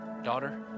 daughter